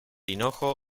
hinojo